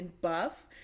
buff